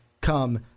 come